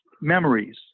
memories